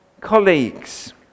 colleagues